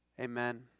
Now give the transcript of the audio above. Amen